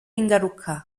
ingaruka